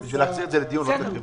כן.